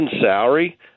salary –